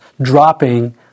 dropping